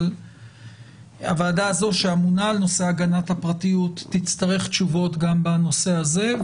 אבל הועדה הזו שאמונה על נושא הגנת הפרטיות תצטרך תשובות גם בנושא הזה.